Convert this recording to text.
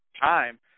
time